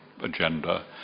agenda